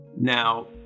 Now